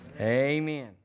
Amen